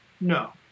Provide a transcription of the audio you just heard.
No